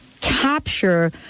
capture